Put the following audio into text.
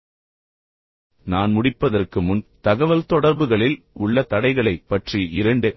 இப்போது நான் முடிப்பதற்கு முன் தகவல்தொடர்புகளில் உள்ள தடைகளைப் பற்றி இரண்டு